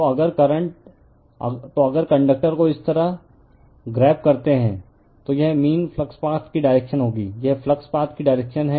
तो अगर कंडक्टर को इस तरह ग्रेब करते है तो यह मीन फ्लक्स पाथ की डायरेक्शन होगी यह फ्लक्स पाथ की डायरेक्शन है